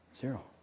Zero